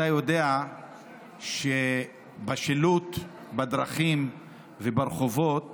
אתה יודע שבשילוט בדרכים וברחובות